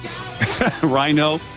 rhino